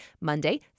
Monday